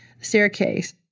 staircase